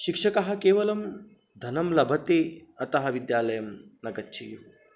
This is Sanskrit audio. शिक्षकः केवलं धनं लभते अतः विद्यालयं न गच्छेयुः